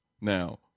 Now